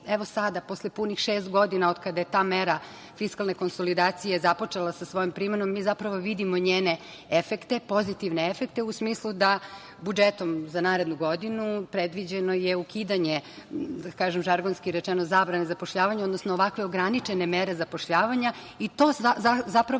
Evo sada, posle punih šest godina od kada je ta mera fiskalne konsolidacije započela sa svojom primenom, mi zapravo vidimo njene efekte, pozitivne efekte, u smislu da je budžetom za narednu godinu predviđeno ukidanje, žargonski rečeno „zabrane zapošljavanja“, odnosno ovakve ograničene mere zapošljavanja. To zapravo